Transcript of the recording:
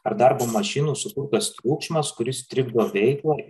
ar darbo mašinų sukurtas triukšmas kuris trikdo veiklą